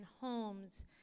homes